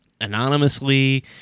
anonymously